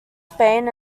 spain